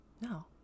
No